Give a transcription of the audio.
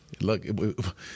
look –